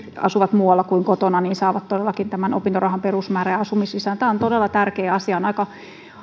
asuvat muualla kuin kotona saavat todellakin tämän opintorahan perusmäärän ja asumislisän tämä on todella tärkeä asia on aika